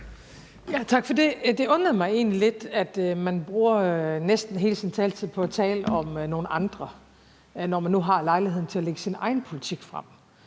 Tak for det. Det undrede mig egentlig lidt, at man bruger næsten hele sin taletid på at tale om nogle andre, når man nu har lejligheden til at lægge sin egen politik frem.